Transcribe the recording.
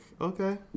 okay